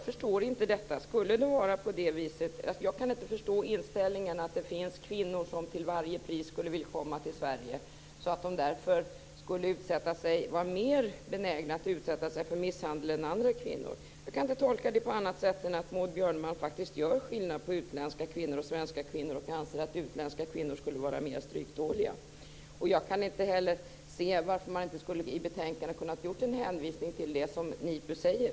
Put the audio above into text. Fru talman! Jag kan inte förstå inställningen att det finns kvinnor som till varje pris skulle vilja komma till Sverige, så att de därför skulle vara mer benägna att utsätta sig för misshandel än andra kvinnor. Jag kan inte tolka det på annat sätt än att Maud Björnemalm faktiskt gör skillnad på utländska och svenska kvinnor och anser att utländska kvinnor skulle vara mer stryktåliga. Jag kan heller inte se varför man inte i betänkandet hade kunnat göra en hänvisning till det som NIPU säger.